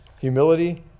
humility